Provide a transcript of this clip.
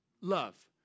love